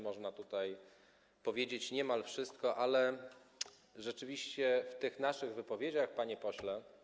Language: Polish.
Można tutaj powiedzieć niemal wszystko, ale rzeczywiście w tych naszych wypowiedziach, panie pośle.